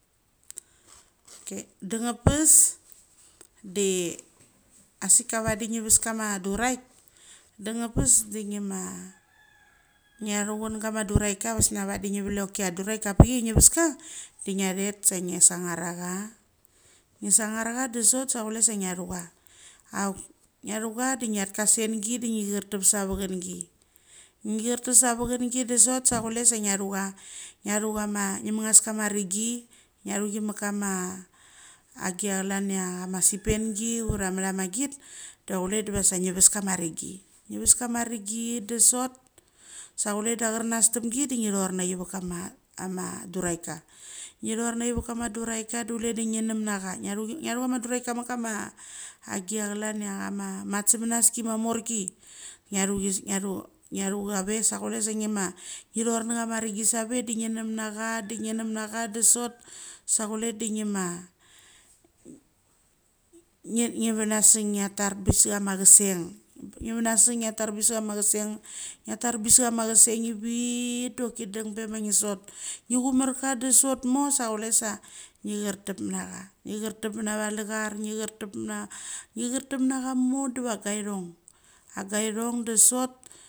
dengngpes daasika vadi ngives kama duraik dengngpes de ngima chia chung kama duraika vadi ngevelek chia choki chia duraika vakpik chai nge veska de ngia thet sa nge sangarchia, nge sangarchia de sot sa chule sa ngthuchia. Auk ngthuchia da uget ka sengi de ngi chartep sa vangngi, ngichartep sa vangngi de sot sa chlule sa ngia chucha, ngiachu ama nge mangas kama rengi ngiachugi mit mkama agia chlan chia ma sepengi ura macha magth da chule vada sek nge vas kama rengi nge vas kama ringi de sot sa kule achirnas timgi de nge rornachi vekama duraika. Nge ronnachi va kama duraika da chule de nge. Nem nacha ngiachu ama duraik mit kama achgia chlan chai chama matgemanaski ma morki ngiachu cha ve sa kule sa nge ma nge rorth nachama rengi save de ngi nemnacha, de ngi nemnachada sot sa chule de ngima nge venasang ngia tar bese chama chaseng. Nge venasang ngia tar peth kama chaseng ngia tarpeth kama chaseng chiviv doki dung bechia ngi sot. Nge chomar ka da sot mo sa chule sa nge chartep mit nacha, ngi chartep, na valiar, nge chartep ma, ngi chartep nacha mo deva gairong agiarong da sot.